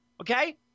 Okay